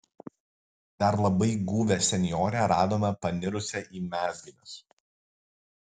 dar labai guvią senjorę radome panirusią į mezginius